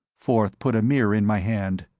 forth put a mirror in my hand.